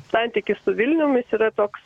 santykis su vilnium jis yra toks